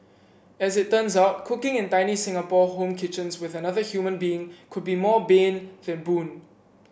as it turns out cooking in tiny Singapore home kitchens with another human being could be more bane than boon